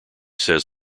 says